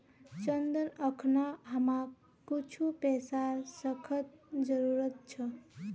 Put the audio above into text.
चंदन अखना हमाक कुछू पैसार सख्त जरूरत छ